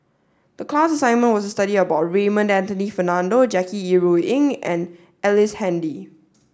the class assignment was to study about Raymond Anthony Fernando Jackie Yi Ru Ying and Ellice Handy